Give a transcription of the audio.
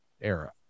era